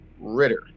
Ritter